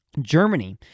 Germany